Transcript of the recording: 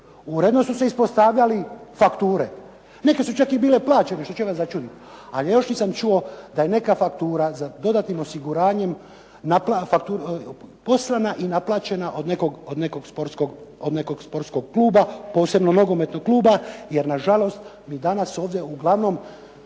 uredno su se ispostavljale fakture. Neke su čak i bile plaćene, što će vas začuditi. Ali ja još nisam čuo da je neka faktura za dodatnim osiguranjem poslana i naplaćena od nekog sportskog kluba, posebno nogometnog kluba, jer na žalost mi danas ovdje uglavnom